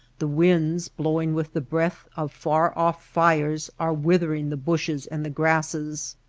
the winds blowing with the breath of far-off fires are withering the bushes and the grasses,